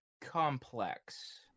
complex